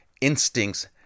instincts